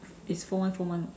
it's four one four one [what]